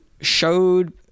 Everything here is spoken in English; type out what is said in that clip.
showed